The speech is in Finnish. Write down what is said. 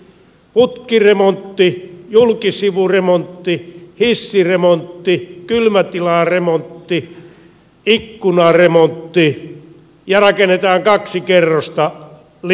putkiremontti julkisivuremontti hissiremontti kylmätilaremontti ikkunaremontti ja rakennetaan kaksi kerrosta lisää siihen